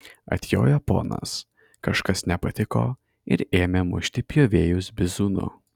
atjojo ponas kažkas nepatiko ir ėmė mušti pjovėjus bizūnu